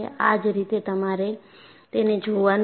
આ જ રીતે તમારે તેને જોવાનું છે